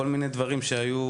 כל מיני דברים שהיו,